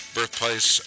birthplace